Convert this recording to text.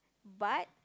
but